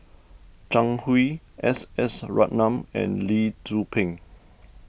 Zhang Hui S S Ratnam and Lee Tzu Pheng